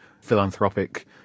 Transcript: philanthropic